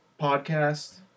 podcast